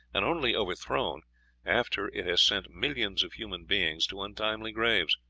and only overthrown after it has sent millions of human beings to untimely graves.